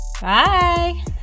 Bye